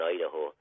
Idaho